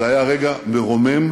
זה היה רגע מרומם,